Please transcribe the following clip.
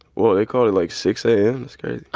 whoa, they called at, like, six a m.